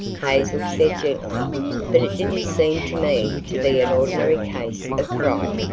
hazel said gently but it didn't seem to me to be an ordinary case of fright.